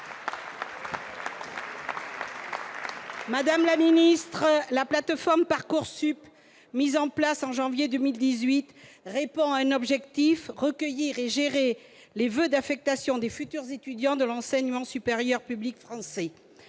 Madame la ministre, la plateforme Parcoursup, mise en place en janvier 2018, répond à un objectif : recueillir et gérer les voeux d'affectation des futurs étudiants de l'enseignement supérieur public français.